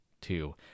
two